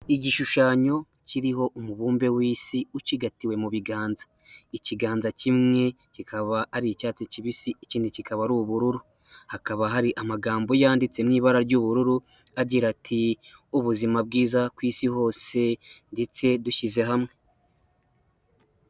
Igishushanyo kiriho umubumbe w'isi ucigatiwe mu biganza, ikiganza kimwe kikaba ari icyatsi kibisi ikindi kikaba ari ubururu, hakaba hari amagambo yanditse n'ibara ry'ubururu agira ati ubuzima bwiza ku isi hose ndetse dushyize hamwe.